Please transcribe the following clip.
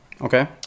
Okay